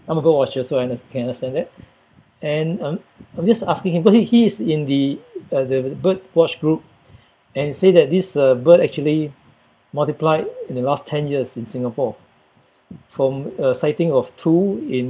I'm a birdwatcher so I under~ can understand that and um I'm just asking him because he he is in the uh the birdwatch group and he say that this uh bird actually multiplied in the last ten years in Singapore from a sighting of two in